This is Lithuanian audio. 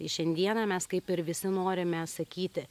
į šiandieną mes kaip ir visi norime sakyti